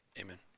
amen